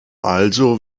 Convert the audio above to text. also